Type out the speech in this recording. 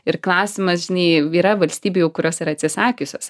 ir klausimas žinai yra valstybių kurios yra atsisakiusios